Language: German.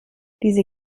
diese